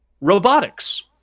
robotics